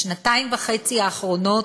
בשנתיים וחצי האחרונות